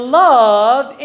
love